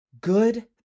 good